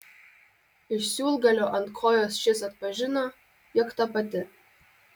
iš siūlgalio ant kojos šis atpažino jog ta pati